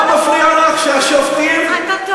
על החוק הזה?